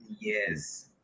Yes